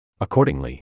Accordingly